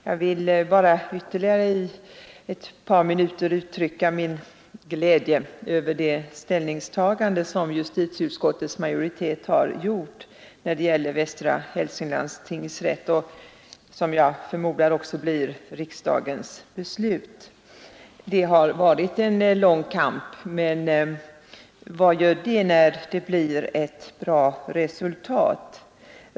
Jag vill bara ytterligare under ett par minuter uttrycka min gläde över det ställningstagande som justitieutskottets majoritet har gjort när det gäller Västra Hälsinglands tingsrätt och som jag förmodar också blir riksdagens beslut. Det har varit en lång kamp, men vad gör det när det blir ett bra resultat!